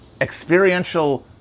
experiential